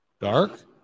dark